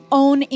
own